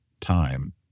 time